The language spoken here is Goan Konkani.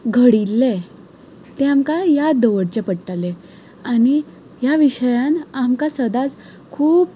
घडिल्लें तें आमकां याद दवरचें पडटालें आनी ह्या विशयान आमकां सदांच खूब